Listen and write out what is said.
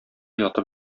ятып